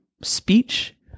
speech